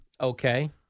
Okay